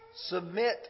Submit